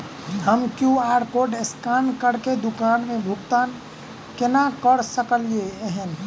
हम QR code scan करके दुकान मे भुगतान केना करऽ सकलिये एहन?